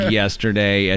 yesterday